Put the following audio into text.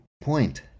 point